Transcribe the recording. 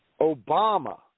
Obama